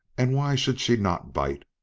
and why should she not bite?